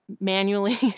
manually